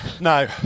No